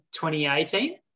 2018